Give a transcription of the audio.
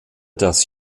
das